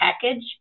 package